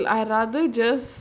I rather just